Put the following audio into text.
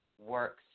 works